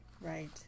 Right